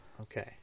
Okay